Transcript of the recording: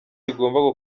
rigomba